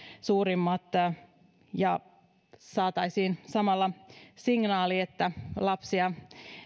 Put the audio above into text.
suurimmat ja saataisiin samalla signaali että lapsia